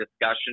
discussion